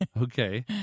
okay